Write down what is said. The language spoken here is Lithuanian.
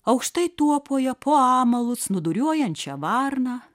aukštai tuopoje po amalu snūduriuojančią varną